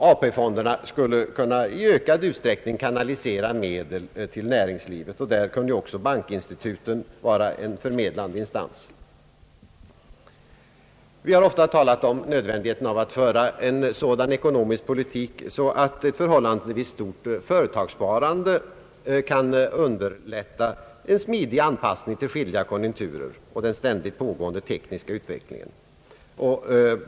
AP-fonderna bör i ökad utsträckning kanalisera medel till näringslivet, och därvidlag skulle också bankinstituten kunna vara en förmedlande instans. Vi har ofta hävdat nödvändigheten av att föra en sådan ekonomisk politik att ett förhållandevis stort företagssparande möjliggöres som kan underlätta en smidig anpassning till skilda konjunkturer och till den ständigt pågående tekniska utvecklingen.